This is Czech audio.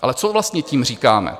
Ale co vlastně tím říkáme?